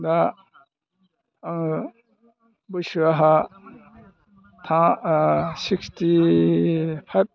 दा बैसो आंहा था सिक्सटि फाइभ